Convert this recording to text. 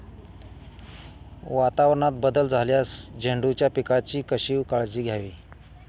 वातावरणात बदल झाल्यास झेंडूच्या पिकाची कशी काळजी घ्यावी?